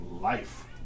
life